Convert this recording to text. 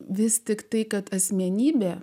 vis tiktai kad asmenybė